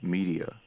Media